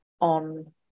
on